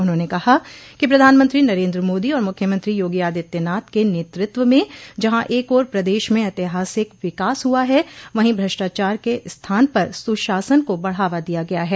उन्होंने कहा कि प्रधानमंत्री नरेन्द्र मोदी और मुख्यमंत्री योगी आदित्यनाथ के नेतृत्व में जहां एक ओर प्रदश में ऐतिहासिक विकास हुआ है वहीं भ्रष्टाचार के स्थान पर सुशासन को बढ़ावा दिया गया है